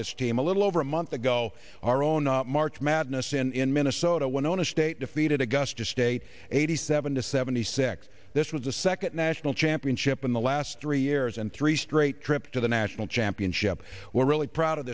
this team a little over a month ago our own march madness in minnesota went on to state defeated augusta state eighty seven to seventy six this was the second national championship in the last three years and three straight trip to the national championship we're really proud of